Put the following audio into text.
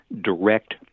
direct